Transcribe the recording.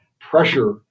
pressure